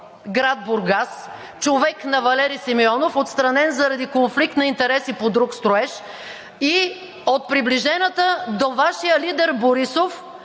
град Бургас – човек на Валери Симеонов, отстранен заради конфликт на интереси по друг строеж, и от приближената до Вашия лидер Борисов